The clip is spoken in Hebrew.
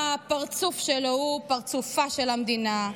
/ הפרצוף שלו הוא / פרצופה של המדינה.